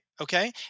Okay